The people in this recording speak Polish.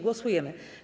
Głosujemy.